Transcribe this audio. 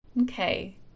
Okay